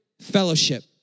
fellowship